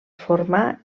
formà